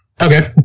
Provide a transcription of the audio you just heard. Okay